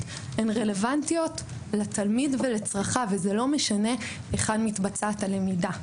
הן רלוונטיות לתלמיד ולצרכיו וזה לא משנה היכן מתבצעת הלמידה.